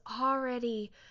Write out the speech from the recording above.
already